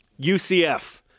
UCF